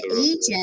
agent